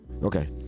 Okay